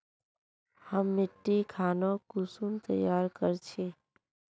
हम मिट्टी खानोक कुंसम तैयार कर छी?